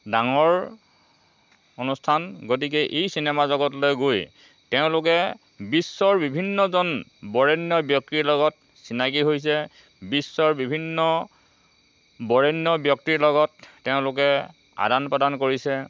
ডাঙৰ অনুষ্ঠান গতিকে এই চিনেমা জগতলৈ গৈ বিশ্বৰ বিভিন্নজন বৰেণ্য ব্যক্তিৰ লগত চিনাকী হৈছে বিশ্বৰ বিভিন্ন বৰেণ্য ব্যক্তিৰ লগত তেওঁলোকে আদান প্ৰদান কৰিছে